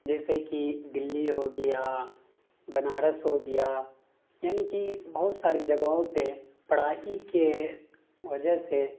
جیسے کہ دِلّی ہو گیا بنارس ہو گیا یعنی کہ بہت ساری جگہوں پہ پڑھائی کے وجہ سے